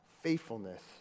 faithfulness